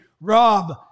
Rob